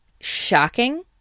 shocking